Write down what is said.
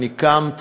אני קם,